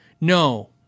No